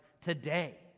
today